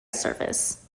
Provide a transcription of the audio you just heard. service